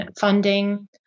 funding